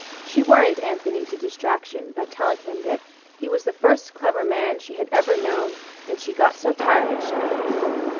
she worried anthony to distraction by telling him that he was the first clever man she had ever known and she got so tired of shallow people.